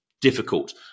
Difficult